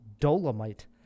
dolomite